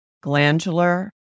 glandular